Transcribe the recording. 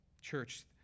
Church